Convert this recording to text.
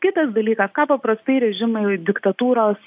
kitas dalykas ką paprastai režimai diktatūros